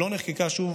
והיא לא נחקקה שוב,